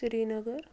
Srinagar